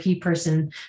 person